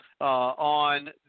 on